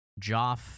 Joff